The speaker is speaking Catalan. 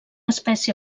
espècie